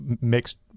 mixed